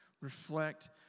Reflect